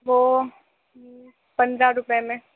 وہ پندرہ روپے میں